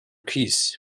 keys